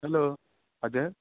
hello हजुर